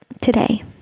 today